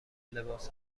لباس